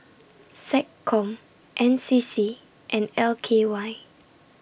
Seccom N C C and L K Y